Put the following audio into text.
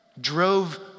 drove